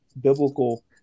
biblical